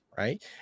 Right